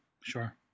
sure